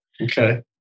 Okay